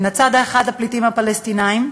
מצד האחד הפליטים הפלסטינים,